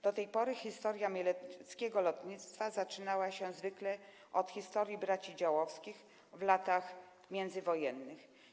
Do tej pory historia mieleckiego lotnictwa zaczynała się zwykle od historii braci Działowskich w latach międzywojennych.